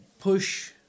push